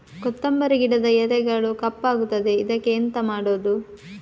ಕೊತ್ತಂಬರಿ ಗಿಡದ ಎಲೆಗಳು ಕಪ್ಪಗುತ್ತದೆ, ಇದಕ್ಕೆ ಎಂತ ಮಾಡೋದು?